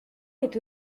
est